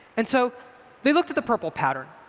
and so they looked at the prpl pattern.